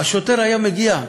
והשוטר היה מגיע.